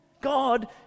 God